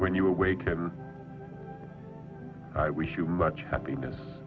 when you awake and i wish you much happiness